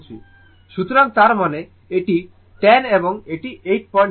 সুতরাং তার মানে এটি 10 এবং এটি 86